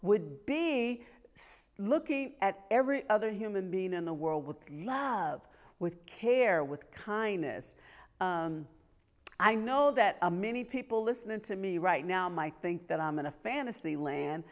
would be looking at every other human being in the world would love with care with kindness i know that many people listening to me right now might think that i'm in a fantasy land